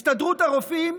הסתדרות הרופאים,